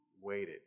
waited